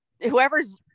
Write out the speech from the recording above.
whoever's